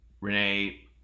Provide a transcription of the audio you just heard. Renee